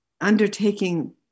undertaking